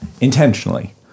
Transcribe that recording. Intentionally